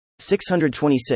626